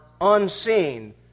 unseen